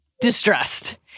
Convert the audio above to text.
distressed